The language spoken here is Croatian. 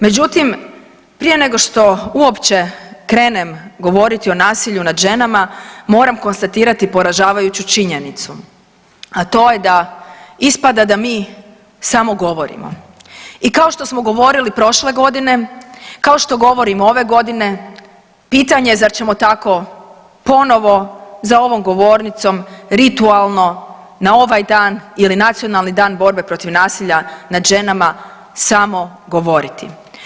Međutim, prije nego što uopće krenem govoriti o nasilju nad ženama, moram konstatirati poražavajuću činjenicu, a to je da ispada da mi samo govorimo i kao što smo govorili prošle godine, kao što govorimo ove godine, pitanje, zar ćemo tako ponovo za ovom govornicom ritualno na ovaj dan ili Nacionalni dan borbe protiv nasilja nad ženama samo govoriti?